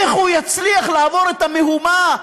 איך הוא יצליח לעבור את המהומה,